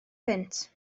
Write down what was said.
punt